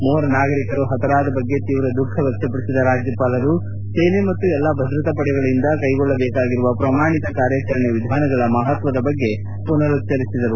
ಮೂವರು ನಾಗರಿಕರು ಹತರಾದ ಬಗ್ಗೆ ತೀವ್ರ ದುಃಖ ವ್ಯಕ್ತಪಡಿಸಿದ ರಾಜ್ಯಪಾಲರು ಸೇನೆ ಮತ್ತು ಎಲ್ಲಾ ಭದ್ರತಾಪಡೆಗಳಿಂದ ಕೈಗೊಳ್ಳಬೇಕಾಗಿರುವ ಪ್ರಮಾಣಿತ ಕಾರ್ಯಾಚರಣೆ ವಿಧಾನಗಳ ಮಹತ್ವದ ಬಗ್ಗೆ ಪುನರುಚ್ಚರಿಸಿದರು